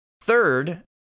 third